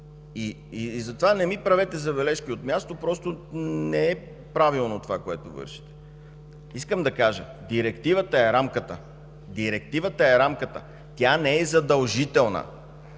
Затова не ми правете забележки от място, не е правилно това, което вършите. Искам да кажа – директивата е рамката, тя не е задължителна.